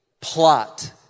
plot